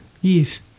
Yes